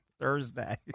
Thursday